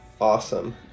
awesome